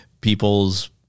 people's